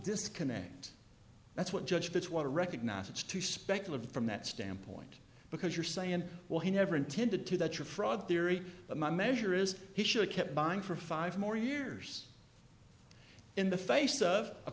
disconnect that's what judge fitz want to recognize it's too speculative from that standpoint because you're saying well he never intended to that your fraud theory but my measure is he should kept buying for five more years in the face of a